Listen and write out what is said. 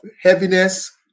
heaviness